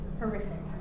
horrific